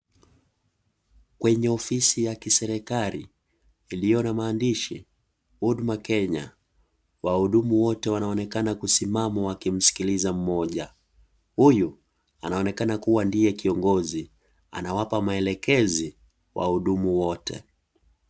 Kwenye ofisi ya kiserikali iliyo na maandishi; Huduma Kenya wahudumu wote wanaonekana kusimama na kumusikiliza mmja, huyu anaonekana kua ndiye kiongozi anawapa maelekezi wahudumu wote.